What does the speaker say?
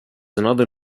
another